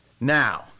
now